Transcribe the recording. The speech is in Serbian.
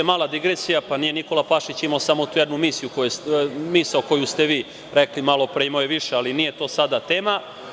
Mala digresija, pa nije Nikola Pašić imao samo jednu misao koju ste vi rekli malopre, imao je više, ali nije to sada tema.